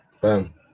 Boom